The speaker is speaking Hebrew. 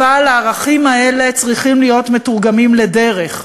אבל הערכים האלה צריכים להיות מתורגמים לדרך,